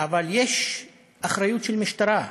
אבל יש אחריות של משטרה,